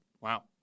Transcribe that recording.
Wow